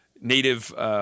native